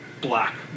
black